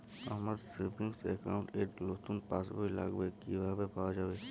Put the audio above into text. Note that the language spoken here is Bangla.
আমার সেভিংস অ্যাকাউন্ট র নতুন পাসবই লাগবে কিভাবে পাওয়া যাবে?